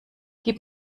gib